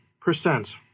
percent